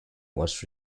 was